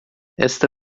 esta